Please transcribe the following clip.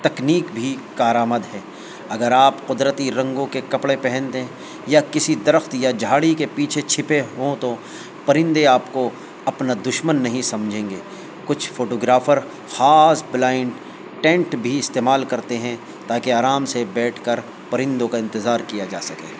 تکنیک بھی کارآمد ہے اگر آپ قدرتی رنگوں کے کپڑے پہنتےیں یا کسی درفت یا جھاڑی کے پیچھے چھپے ہوں تو پرندے آپ کو اپنا دشمن نہیں سمجھیں گے کچھ فوٹو گرافر خاص بلائنڈ ٹینٹ بھی استعمال کرتے ہیں تاکہ آرام سے بیٹھ کر پرندوں کا انتظار کیا جا سکے